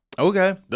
Okay